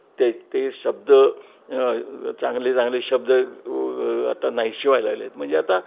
ते ते शब्द चांगले चांगले शब्द आता नाहीसे व्हायला लागले आहेत म्हणजे आता